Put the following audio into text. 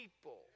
people